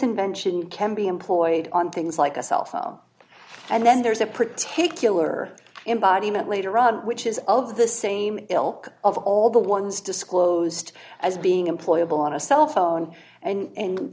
invention can be employed on things like a cell phone and then there's a particular embodiment later on which is of the same ilk of all the ones disclosed as being employable on a cell phone and